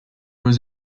was